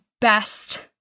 best